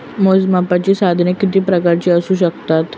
मोजमापनाची साधने किती प्रकारची असू शकतात?